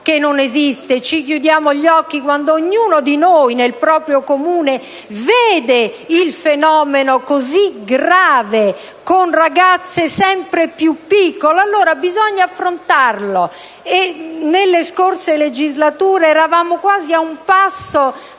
che non esista e chiudiamo gli occhi, quando ognuno di noi nel proprio Comune vede questo fenomeno così grave, con ragazze sempre più piccole? Bisogna affrontarlo, e nelle scorse legislature eravamo quasi a un passo